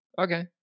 Okay